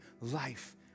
life